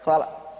Hvala.